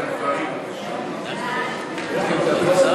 עוברים להצבעה.